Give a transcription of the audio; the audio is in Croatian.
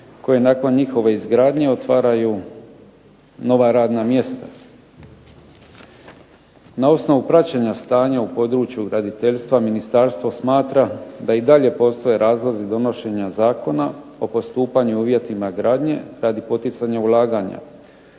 koje nakon njihove izgradnje otvaraju nova radna mjesta. Na osnovu praćenja stanja u području graditeljstva ministarstvo smatra da i dalje postoje razlozi donošenja Zakona o postupanju i uvjetima gradnje radi poticanja ulaganja.